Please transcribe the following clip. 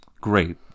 great